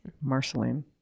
Marceline